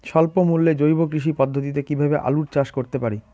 স্বল্প মূল্যে জৈব কৃষি পদ্ধতিতে কীভাবে আলুর চাষ করতে পারি?